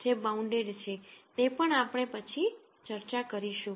જે bounded છે તે પણ આપણે પછી ચર્ચા કરીશું